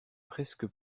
presque